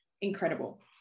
incredible